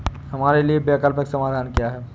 हमारे लिए वैकल्पिक समाधान क्या है?